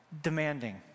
demanding